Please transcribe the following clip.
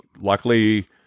luckily